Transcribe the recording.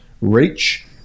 reach